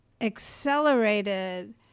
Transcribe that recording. accelerated